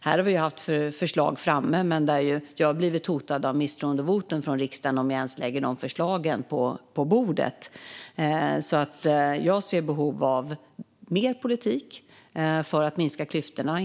Här har vi haft förslag framme, men jag har blivit hotad med misstroendevotum i riksdagen om jag ens lägger dem på bordet. Jag ser alltså behov av mer politik för att minska klyftorna.